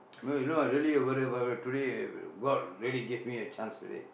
no you know what really ah brother today god really gave me a chance today